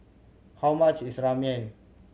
how much is Ramen